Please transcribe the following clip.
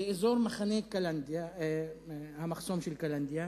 לאזור מחנה קלנדיה, מחסום קלנדיה,